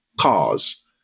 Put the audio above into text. cars